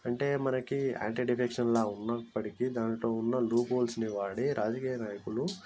అంటే మనకి ఆంటీడిఫెక్షన్ లో ఉన్నప్పటికి దాంట్లో ఉన్న లోపోల్స్ ని వాడి రాజకీయ నాయకులు